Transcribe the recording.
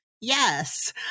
Yes